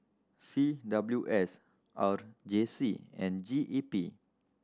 C W S R J C and G E P